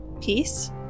Peace